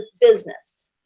business